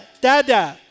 da-da